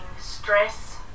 stress